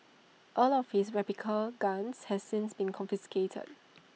all of his replica guns has since been confiscated